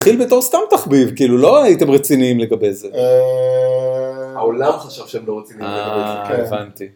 התחיל בתור סתם תחביב, כאילו, לא הייתם רציניים לגבי זה. העולם חשב שהם לא רציניים לגבי זה. אההה. הבנתי.